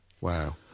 wow